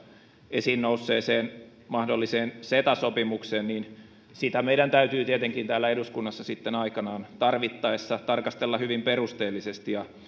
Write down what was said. esiin nousseeseen mahdolliseen ceta sopimukseen niin sitä meidän täytyy tietenkin täällä eduskunnassa sitten aikanaan tarkastella tarvittaessa hyvin perusteellisesti ja